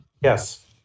Yes